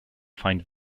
find